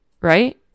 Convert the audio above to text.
right